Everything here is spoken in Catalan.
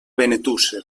benetússer